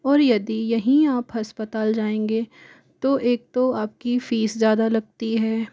और यदि यहीं आप अस्पताल में जाएंगे तो एक तो आपकी फ़ीस ज़्यादा लगती है